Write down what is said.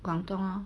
广东 lor